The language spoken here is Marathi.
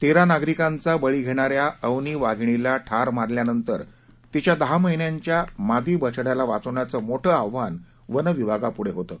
तेरा नागरिकांचा बळी घेणाऱ्या अवनी वाघीणीला ठार मारल्यानंतर तिच्या दहा महिन्यांच्या मादी बछड्याला वाचवण्याचं मोठं आव्हान वनविभागापुढं होतं